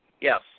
Yes